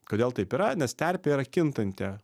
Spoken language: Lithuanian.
kodėl taip yra nes terpė yra kintanti